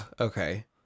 okay